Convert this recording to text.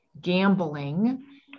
gambling